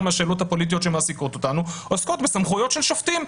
מהשאלות הפוליטיות שמעסיקות אותנו עוסקות בסמכויות של שופטים.